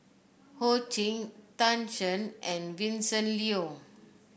Ho Ching Tan Shen and Vincent Leow